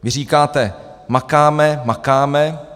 Vy říkáte: Makáme, makáme.